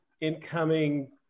incoming